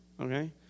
Okay